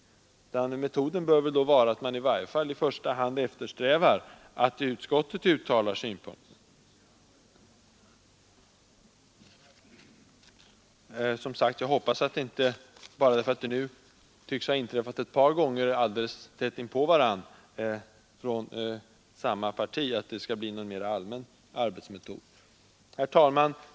Metoden bör i stället vara att man i första hand eftersträvar att utskottet framför de synpunkter man har. Jag hoppas att detta inte skall bli en mer allmän arbetsmetod bara därför att man från samma parti använt den ett par gånger tätt inpå varandra. Herr talman!